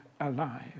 alive